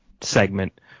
segment